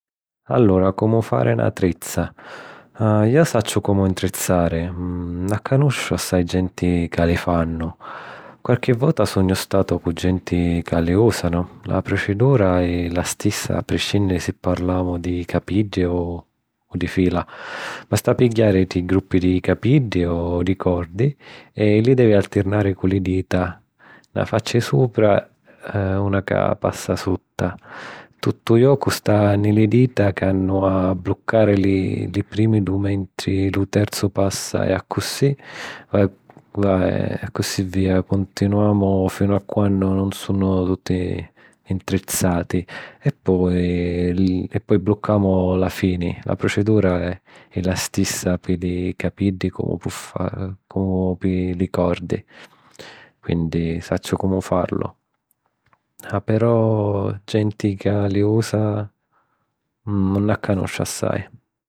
Jo sacciu comu 'ntrizzari. Nun'accanusciu assài genti ca li fannu. Quarchi vota sugnu statu cu genti ca li usanu. La procidura è la stissa a priscinniri si parlamu di capiddi o di fila. Basta pigghiari tri gruppi di capiddi o di cordi e li devi altirnari cu li dita, na facci supra una ca passa sutta. Tuttu u jocu sta ni li dita c'hannu a bluccari li primi dui mentri lu terzu passa e accussì via cuntinuamo finu a quannu nun sunnu tutti 'ntrizzati e poi bluccamu la fini. La procidura è la stissa pi li capiddi.